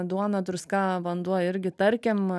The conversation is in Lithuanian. duona druska vanduo irgi tarkim